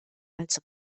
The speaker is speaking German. als